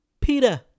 Peter